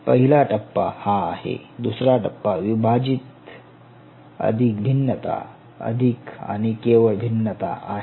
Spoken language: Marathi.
पहिला टप्पा हा आहे दुसरा टप्पा विभाजित अधिक भिन्नता अधिक आणि केवळ भिन्नता आहे